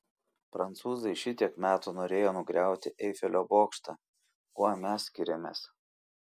prancūzai šitiek metų norėjo nugriauti eifelio bokštą kuo mes skiriamės